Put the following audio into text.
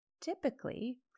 Typically